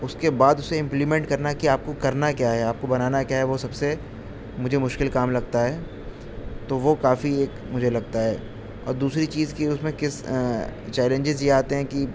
اس کے بعد اسے امپلیمنٹ کرنا کہ آپ کو کرنا کیا ہے آپ کو بنانا کیا ہے وہ سب سے مجھے مشکل کام لگتا ہے تو وہ کافی ایک مجھے لگتا ہے اور دوسری چیز کہ اس میں کس چیلنجز یہ آتے ہیں کہ